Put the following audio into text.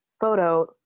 photo